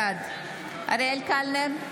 בעד אריאל קלנר,